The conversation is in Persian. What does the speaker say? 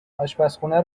آشپرخونه